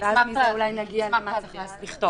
אולי מזה נגיע אל מה שצריך לכתוב.